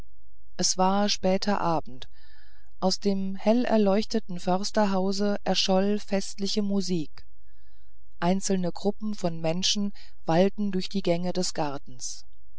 es war später abend aus dem hellerleuchteten försterhause erscholl festliche musik einzelne gruppen von menschen wallten durch die gänge des gartens